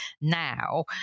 now